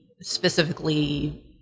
specifically